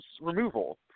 removal